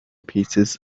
pieces